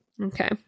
Okay